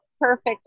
perfect